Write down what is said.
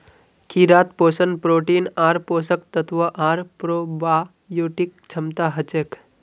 कीड़ात पोषण प्रोटीन आर पोषक तत्व आर प्रोबायोटिक क्षमता हछेक